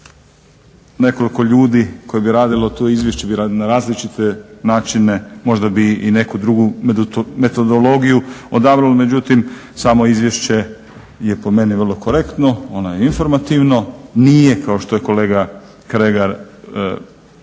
nekoliko ljudi koji bi radilo to izvješće bi na različite načine možda bi i neku drugu metodologiju odabrali, međutim samo izvješće je po meni vrlo korektno, ono je informativno, nije kao što je kolega Kregar napomenuo